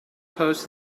post